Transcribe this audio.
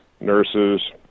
nurses